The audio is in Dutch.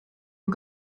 een